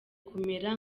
kumera